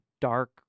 dark